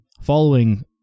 following